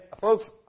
folks